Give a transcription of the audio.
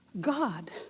God